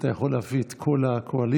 אתה יכול להביא את כל הקואליציה.